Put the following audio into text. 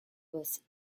was